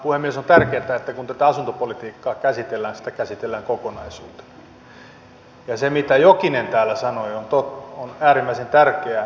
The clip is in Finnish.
on tärkeää että kun tätä asuntopolitiikkaa käsitellään sitä käsitellään kokonaisuutena ja se mitä jokinen täällä sanoi on äärimmäisen tärkeää